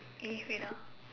eh wait ah